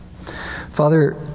Father